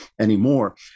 anymore